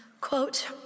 quote